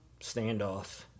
standoff